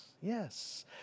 yes